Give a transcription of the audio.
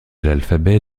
l’alphabet